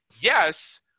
Yes